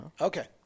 Okay